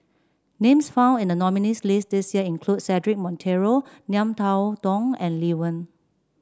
names found in the nominees' list this year include Cedric Monteiro Ngiam Tong Dow and Lee Wen